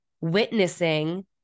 witnessing